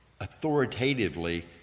authoritatively